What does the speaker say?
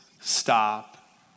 stop